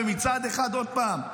עוד פעם,